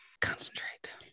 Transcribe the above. Concentrate